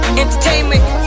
entertainment